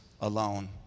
alone